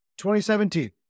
2017